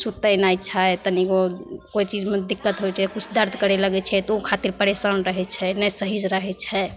सुतै नहि छै तनिगो कोइ चीजमे दिक्कत होइ छै किछु दरद करै लगै छै तऽ ओ खातिर परेशान रहै छै नहि सहीसे रहै छै